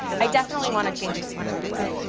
i definitely want to change this one right away.